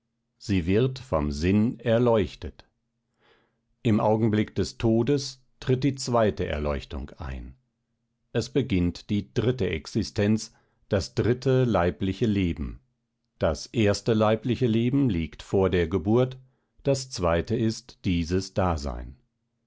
sie wird vom sinn erleuchtet im augenblick des todes tritt die zweite erleuchtung ein es beginnt die dritte existenz das dritte leibliche leben das erste leibliche leben liegt vor der geburt das zweite ist dieses dasein